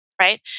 right